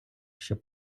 щоб